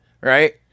right